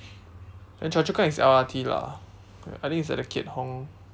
then chua-chu-kang is L_R_T lah I think it's at the keat-hong